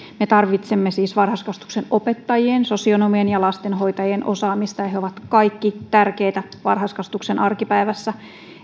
me tarvitsemme siis varhaiskasvatuksen opettajien sosionomien ja lastenhoitajien osaamista ja he ovat kaikki tärkeitä varhaiskasvatuksen arkipäivässä